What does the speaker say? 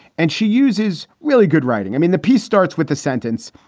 and she uses really good writing. i mean, the piece starts with a sentence.